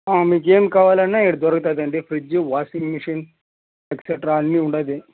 మీకు ఏమి కావాలన్న ఈడ దొరుకుతుంది అండి ఫ్రిడ్జు వాషింగ్ మిషన్ ఎక్స్ట్రా అన్నీ ఉంది